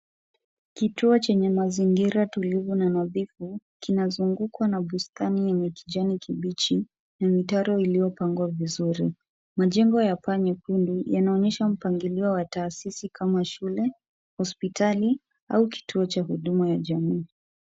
Kituo kenye mazingira tolivu na nadhifu kina zungukwa na bustani ya yenye kijani kibichi na mtaro iliyo pangwa vizuri. Majenjo ya paa nyekundu yanaonyesha mpangilio wa tahasisi, kama shule, hosipitali, au kituo cha huduma ya jamii.